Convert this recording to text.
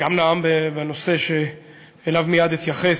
והוא גם נאם בנושא שאליו אתייחס,